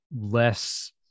less